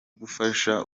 gufasha